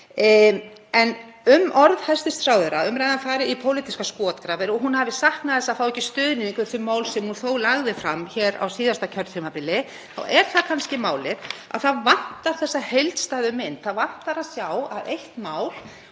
varðar orð hæstv. ráðherra um að umræðan fari í pólitískar skotgrafir og hún hafi saknað þess að fá ekki stuðning við þau mál sem hún þó lagði fram hér á síðasta kjörtímabili þá er það kannski málið að það vantar þessa heildstæðu mynd. Það vantar að sjá að eitt mál